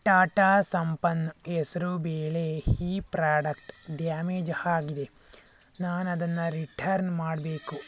ಟಾಟಾ ಸಂಪನ್ ಹೆಸ್ರುಬೇಳೆ ಈ product damage ಆಗಿದೆ ನಾನದನ್ನು ರಿಠರ್ನ್ ಮಾಡಬೇಕು